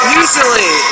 usually